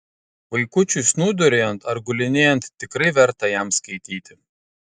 vaikučiui snūduriuojant ar gulinėjant tikrai verta jam skaityti